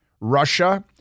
Russia